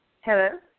Hello